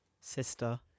sister